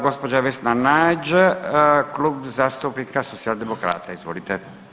Gđa. Vesna Nađ, Klub zastupnika socijaldemokrata, izvolite.